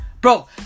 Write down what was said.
Bro